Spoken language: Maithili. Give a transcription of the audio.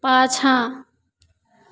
पाछाँ